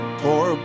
Poor